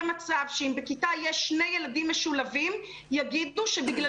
מצב שאם בכיתה יש שני ילדים משולבים יגידו שבגלל